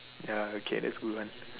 ya okay that's a good one